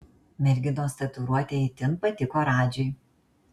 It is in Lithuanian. merginos tatuiruotė itin patiko radžiui